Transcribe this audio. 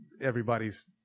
everybody's